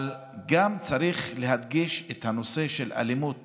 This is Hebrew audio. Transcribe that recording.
אבל צריך להדגיש גם את הנושא של אלימות